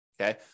Okay